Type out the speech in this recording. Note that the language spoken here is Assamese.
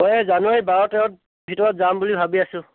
এই জানুৱাৰী বাৰ তেৰত ভিতৰত যাম বুলি ভাবি আছোঁ